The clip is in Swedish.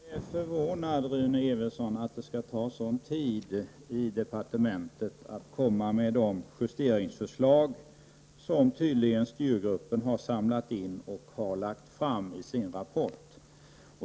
Herr talman! Jag är förvånad, Rune Evensson, över att det skall ta så lång tidi departementet att lägga fram de justeringsförslag som tydligen styrgruppen har samlat in och framlagt i sin rapport.